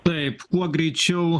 taip kuo greičiau